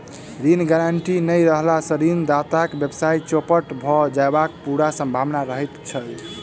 ऋण गारंटी नै रहला सॅ ऋणदाताक व्यवसाय चौपट भ जयबाक पूरा सम्भावना रहैत छै